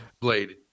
Blade